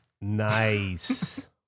Nice